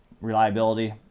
reliability